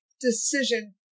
decision